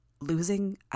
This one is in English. Losing